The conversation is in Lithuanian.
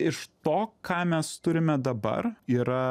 iš to ką mes turime dabar yra